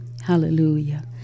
Hallelujah